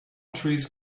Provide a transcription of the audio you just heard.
trees